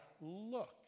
look